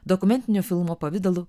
dokumentinio filmo pavidalu